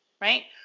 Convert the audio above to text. right